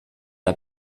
n’a